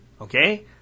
Okay